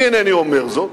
אני אינני אומר זאת.